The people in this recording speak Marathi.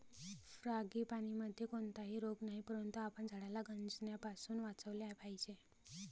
फ्रांगीपानीमध्ये कोणताही रोग नाही, परंतु आपण झाडाला गंजण्यापासून वाचवले पाहिजे